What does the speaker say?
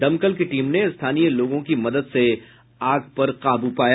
दमकल की टीम ने स्थानीय लोगों की मदद से आग पर काबू पाया